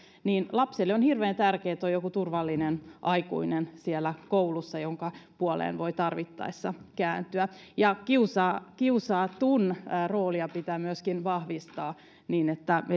lapselle on hirveän tärkeätä että siellä koulussa on joku turvallinen aikuinen jonka puoleen voi tarvittaessa kääntyä kiusatun roolia pitää myöskin vahvistaa niin että